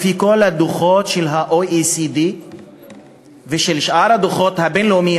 לפי כל הדוחות של ה-OECD ושאר הדוחות הבין-לאומיים,